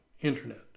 internet